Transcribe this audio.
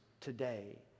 today